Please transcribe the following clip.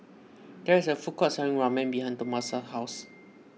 there is a food court selling Ramen behind Tomasa's house